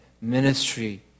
ministry